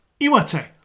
Iwate